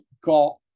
got